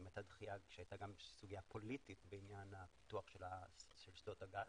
הייתה דחייה גם כשהייתה סוגיה פוליטית בעניין הפיתוח של שדות הגז,